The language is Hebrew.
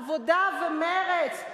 העבודה ומרצ,